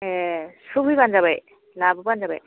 ए सुहोफैबानो जाबाय लाबोबानो जाबाय